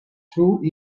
through